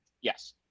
Yes